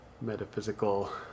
metaphysical